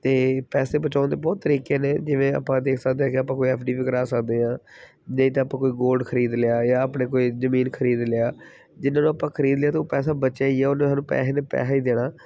ਅਤੇ ਪੈਸੇ ਬਚਾਉਣ ਦੇ ਬਹੁਤ ਤਰੀਕੇ ਨੇ ਜਿਵੇਂ ਆਪਾਂ ਦੇਖ ਸਕਦੇ ਹੈਗੇ ਆਪਾਂ ਕੋਈ ਐਫ ਡੀ ਵੀ ਕਰਵਾ ਸਕਦੇ ਹਾਂ ਦੇਖਦੇ ਹਾਂ ਆਪਾਂ ਕੋਈ ਗੋਲਡ ਖਰੀਦ ਲਿਆ ਜਾਂ ਆਪਣੇ ਕੋਈ ਜ਼ਮੀਨ ਖਰੀਦ ਲਿਆ ਜਿਨ੍ਹਾਂ ਨੂੰ ਆਪਾਂ ਖਰੀਦ ਲਿਆ ਅਤੇ ਉਹ ਪੈਸਾ ਬਚਿਆ ਹੀ ਹੈ ਉਹਨੇ ਸਾਨੂੰ ਪੈਸੇ ਨੇ ਪੈਸਾ ਹੀ ਦੇਣਾ